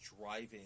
driving